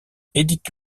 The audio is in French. edith